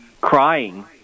crying